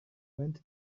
went